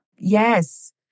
Yes